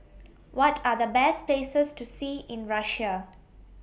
What Are The Best Places to See in Russia